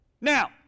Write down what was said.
Now